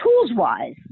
tools-wise